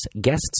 guests